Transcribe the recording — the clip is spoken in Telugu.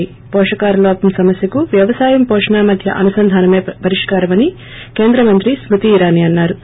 ి వోషకాహార లోపం సమస్యకు వ్యవసాయం వోషణ మధ్య అనుసంధానమే పరిష్కారమని కేంద్ర మంత్రి స్కృతి ఇరానీ అన్నా రు